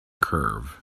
curve